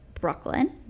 brooklyn